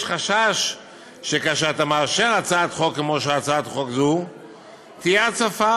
יש חשש שכאשר אתה מאשר הצעת חוק כמו הצעת חוק זו תהיה הצפה,